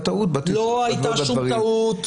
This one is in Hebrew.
טעות בדברים --- לא הייתה שום טעות,